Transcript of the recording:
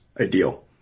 ideal